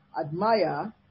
admire